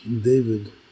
David